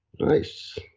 nice